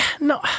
No